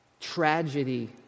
tragedy